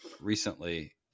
recently